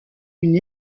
une